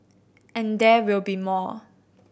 and there will be more